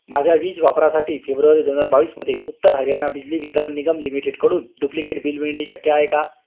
माझ्या वीज वापरासाठी फेब्रुवारी दोन हजार बावीसमध्ये उत्तर हरियाणा बिजली वितरण निगम लिमिटेडकडून डुप्लिकेट बिल मिळणे शक्य आहे का